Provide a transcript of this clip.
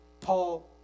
Paul